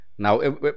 Now